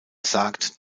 sagt